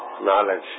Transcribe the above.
knowledge